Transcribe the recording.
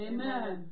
Amen